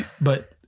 But-